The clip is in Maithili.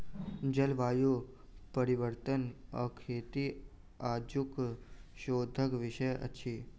जलवायु परिवर्तन आ खेती आजुक शोधक विषय अछि